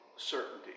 Certainty